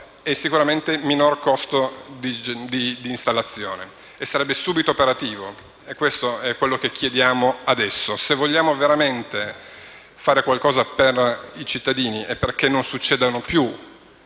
e sicuramente a minori costi di installazione. Sarebbe subito operativo ed è quello che chiediamo adesso. Se vogliamo veramente fare qualcosa per i cittadini, perché non succedano più